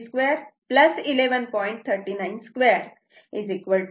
392 36